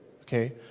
okay